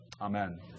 Amen